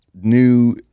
new